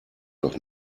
doch